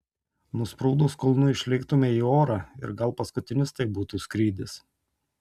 nusprūdus kulnui išlėktumei į orą ir gal paskutinis tai būtų skrydis